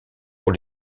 pour